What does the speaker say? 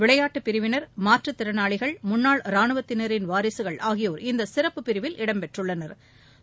விளையாட்டுப் பிரிவினா் மாற்றுத் திறனாளிகள் முன்னாள் ரானுவத்தினாின் வாரிசுகள் ஆகியோா் இந்த சிறப்பு பிரிவில் இடம் பெற்றுள்ளனா்